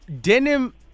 denim